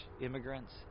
immigrants